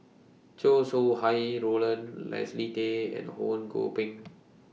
Chow Sau Hai Roland Leslie Tay and Ho Kwon Ping